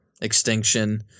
extinction